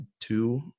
two